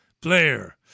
Blair